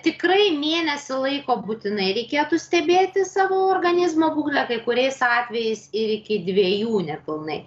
tikrai mėnesį laiko būtinai reikėtų stebėti savo organizmo būklę kai kuriais atvejais ir iki dviejų nepilnai